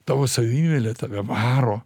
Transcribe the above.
tavo savimeilė tave varo